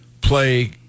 play